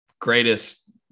greatest